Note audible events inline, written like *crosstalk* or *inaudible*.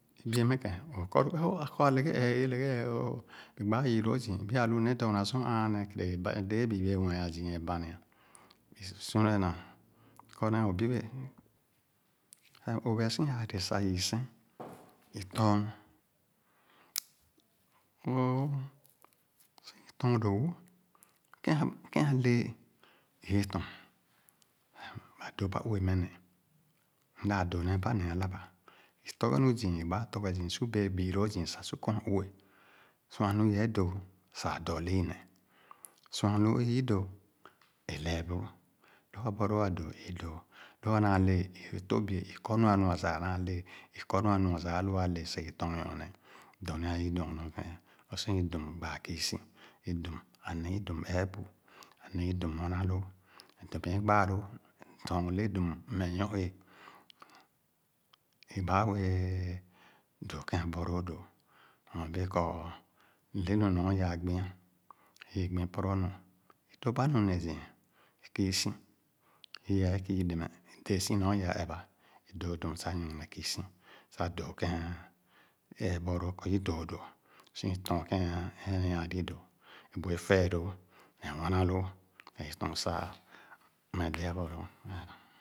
. É bie meh, o´kɔ õ, ákɔ aleghe ee, leghe ee òò, bi gbaa yii lõõ zii, pya lua nee dɔɔna sor ããn nèè kere ba, dẽẽ bi béé mue zii aa é bania. Bi sune na o´kone nu *unintelligible* Sah o´ o´bea si aa dẽẽ sah yii sẽn, bi tɔɔn, wõõ, bi tɔɔn dõõ wõ. Kẽ kẽn alee i´ye tɔɔn, n´ba dõba uwe meh neh, m´da dõ ne ba neh alab`a Itɔhe nu zii, i gbaa tɔghe zii su bẽẽ bii lõõ zii sah su kɔ´a ue, sua nu i yɛɛ dõõ sah a´dɔ le ineh, sua lõõ ü´dõõ, sah i lɛɛ boro. Lõ abɔlõõ a´dõọ, i dõ, lõ anaa lee, ẽ i tõp bi´e i kɔ nu anua sah ãnaa lee, ikɔ nu əuwa sah alo´a Lee sah i tɔɔn nyorne, dɔnia i dɔɔn ẽ, lõ kɔ i dum gba kii si. I dum, ã neh i dum ee bu, ã inevi dum nwanà lóó, dõ kɔ i gbaa lõõ, tɔɔn bu le dum m´meh nyo-éé. I gbaa wẽẽ dõõ kẽn abɔlõõ dõ nɔ bẽẽ kɔ lenu nɔ i´ yaa gbi´a, ii gbi pɔrɔ nu. Dõba nu ne zü, i küsi, ii´e kü demɛ, meh dẽẽsi nɔ i´yaa ɛbà, i dõõ dum sah nyorne kü si sah dõõ kẽn é ibɔlõõ kɔ i dõọ dõ, sor tɔɔn kẽn é á nia ah dõ, neh bu efee lõõ ne nuana lõõ, i tɔɔn sah m´meh déé abɔlóó